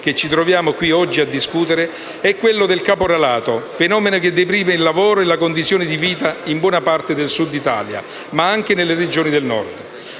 che ci troviamo qui oggi a discutere, è quello del caporalato, fenomeno che deprime il lavoro e la condizione di vita in buona parte del Sud Italia, ma anche nelle Regioni del Nord.